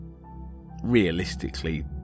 realistically